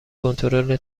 کنترل